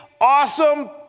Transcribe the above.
awesome